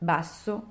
Basso